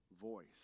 voice